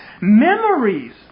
memories